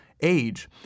age